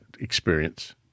experience